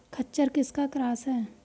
खच्चर किसका क्रास है?